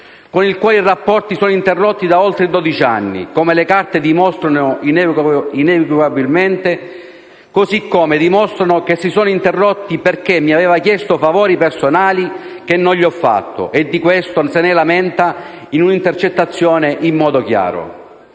con cui i rapporti sono interrotti da oltre dodici anni, come le carte dimostrano inequivocabilmente. Allo stesso modo, le carte dimostrano che tali rapporti si sono interrotti perché mi aveva chiesto favori personali che non gli ho fatto, e di questo si lamenta in un'intercettazione in modo chiaro.